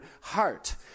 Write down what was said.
heart